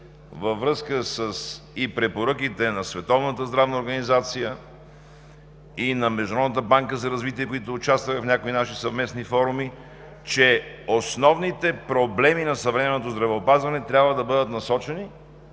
здравна организация и на Международната банка за развитие, които участваха в някои наши съвместни форуми, че основните проблеми на съвременното здравеопазване трябва да бъдат насочени